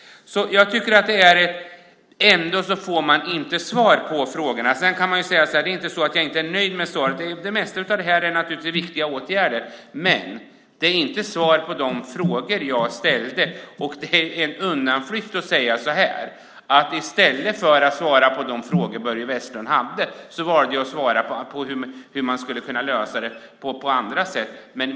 Jag får ändå inte svar på frågorna. Sedan kan jag säga att det inte är så att jag inte är nöjd med svaret. Det mesta av detta är naturligtvis viktiga åtgärder. Men det är inte svar på de frågor som jag ställde. Det är en undanflykt från näringsministern att i stället för att svara på mina frågor säga att hon valde att svara på hur man skulle kunna lösa detta på andra sätt.